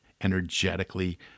energetically